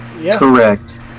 Correct